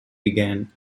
began